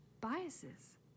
biases